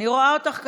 אני רואה אותך,